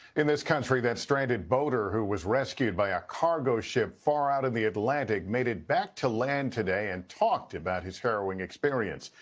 in this country that stranded boater who was rescued by a cargo ship far out in the atlantic made it back to land today and talked about his harrowing experience.